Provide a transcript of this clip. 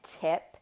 tip